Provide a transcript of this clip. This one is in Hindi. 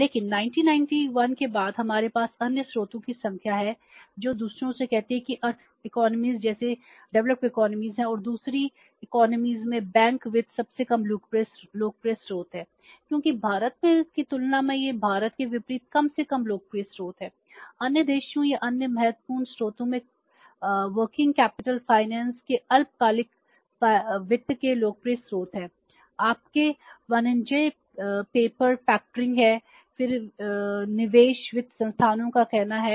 लेकिन 1991 के बाद हमारे पास अन्य स्रोतों की संख्या है जो दूसरों से कहती हैं कि अर्थव्यवस्थाएँ हैं फिर निवेश वित्त संस्थानों का कहना है